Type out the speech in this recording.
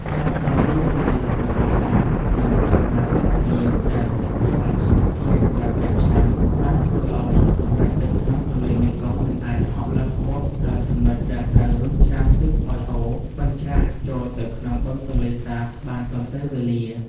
ការមកដល់យឺតនៃរដូវវស្សា និងបរិមាណទឹកភ្លៀងដែលតិចជាងមធ្យមភាគប្រចាំឆ្នាំ បានធ្វើឱ្យកម្រិតទឹកក្នុងទន្លេមេគង្គមិនអាចហក់ឡើងខ្ពស់ដល់ចំណុចដែលត្រូវរុញច្រានទឹកឱ្យហូរបញ្ច្រាសចូលទៅក្នុងបឹងទន្លេសាបបានទាន់ពេលវេលា។